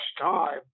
time